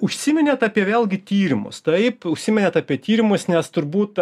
užsiminėt apie vėlgi tyrimus taip užsiminėt apie tyrimus nes turbūt